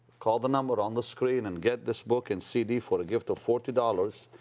call the number on the screen and get this book and cd for a gift of forty dollars.